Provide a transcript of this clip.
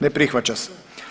Ne prihvaća se.